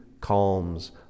calms